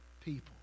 people